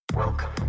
Welcome